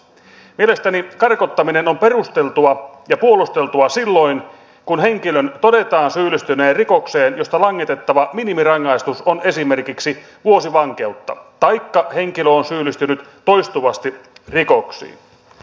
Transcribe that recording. mielestäni karkottaminen on perusteltua ja puolusteltua silloin kun henkilön todetaan syyllistyneen rikokseen josta langetettava minimirangaistus on esimerkiksi vuosi vankeutta taikka henkilö on syyllistynyt toistuvasti rikoksiin